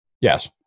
Yes